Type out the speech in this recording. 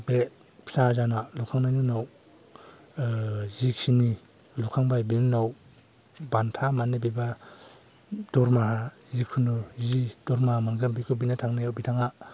बे चाहाजानआ लुखांनायनि उनाव जिखिनि लुखांबाय बेनि उनाव बान्था माने बेबा बिबा दरमाहा जिखुनु जि दरमाहा मोनगोन बेखौ बिनो थांनायाव बिथाङा